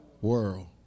world